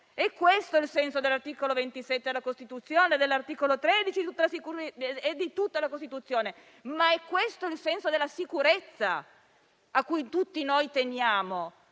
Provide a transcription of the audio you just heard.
È questo il senso dell'articolo 27 della Costituzione, dell'articolo 13 e di tutta la Costituzione, ma è questo il senso della sicurezza, cui tutti noi teniamo.